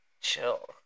Chill